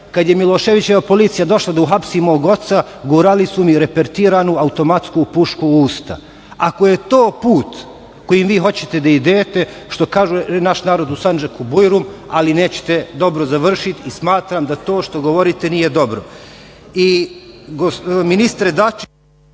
kad je Miloševićeva policija došla da uhapsi mog oca, gurali su mi repetiranu automatsku pušku u usta. Ako je to put kojim vi hoćete da idete, što kaže naš narod u Sandžaku - bujrum, ali nećete dobro završiti i smatram da to što govorite nije